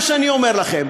מה שאני אומר לכם,